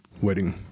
wedding